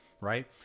Right